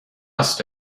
قصد